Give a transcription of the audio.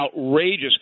outrageous